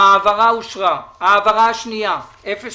פנייה מס'